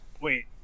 wait